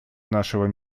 нашего